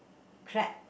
crab